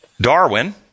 Darwin